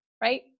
right